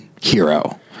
hero